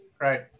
Right